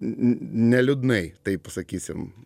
neliūdnai taip sakysim